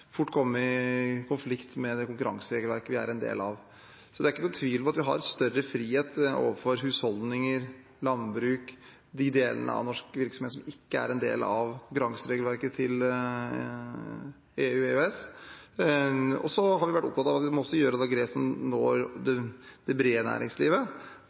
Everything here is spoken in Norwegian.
komme i konflikt med det konkurranseregelverket vi er en del av. Så det er ikke noen tvil om at vi har en større frihet overfor husholdninger og landbruk – de delene av norsk virksomhet som ikke er en del av konkurranseregelverket til EU og EØS. Vi har også vært opptatt av at vi må ta noen grep som når det brede næringslivet.